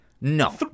No